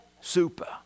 super